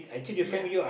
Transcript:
ya